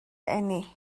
eni